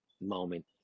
moment